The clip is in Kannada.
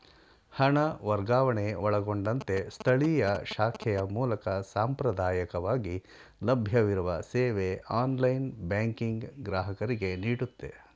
ಹಣ ವರ್ಗಾವಣೆ ಒಳಗೊಂಡಂತೆ ಸ್ಥಳೀಯ ಶಾಖೆಯ ಮೂಲಕ ಸಾಂಪ್ರದಾಯಕವಾಗಿ ಲಭ್ಯವಿರುವ ಸೇವೆ ಆನ್ಲೈನ್ ಬ್ಯಾಂಕಿಂಗ್ ಗ್ರಾಹಕರಿಗೆನೀಡುತ್ತೆ